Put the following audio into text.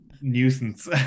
Nuisance